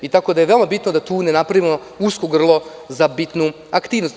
Veoma je bitno da tu ne napravimo usko grlo za bitnu aktivnost.